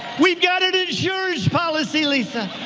we got an insurance policy, lisa.